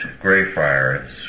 Greyfriars